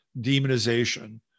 demonization